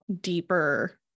deeper